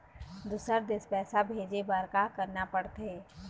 दुसर देश पैसा भेजे बार का करना पड़ते?